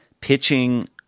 pitching